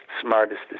smartest